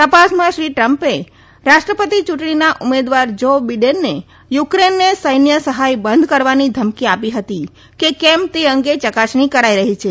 તપાસમાં શ્રી ટ્રમ્પે રાષ્ટ્રપતિ ચ્રંટણીના ઉમેદવાર જો બિડેનને યુક્રેનને સૈન્ય સહાય બંધ કરવાની ધમકી આપી હતી કે કેમ તે અંગે ચકાસણી કરાઈ રહી છે